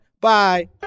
Bye